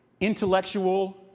intellectual